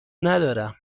ندارم